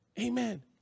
Amen